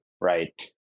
Right